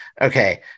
Okay